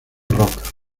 roca